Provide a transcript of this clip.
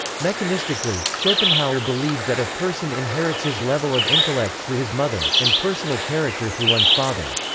mechanistically, schopenhauer believed that a person inherits his level of intellect through his mother, and personal character through one's father.